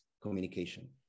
communication